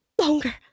longer